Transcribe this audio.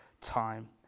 time